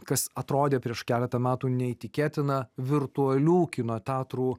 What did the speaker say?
kas atrodė prieš keletą metų neįtikėtina virtualių kino teatrų